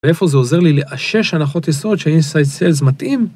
ואיפה זה עוזר לי לאשש הנחות יסוד שהinside sales מתאים?